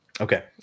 Okay